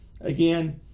Again